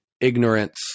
ignorance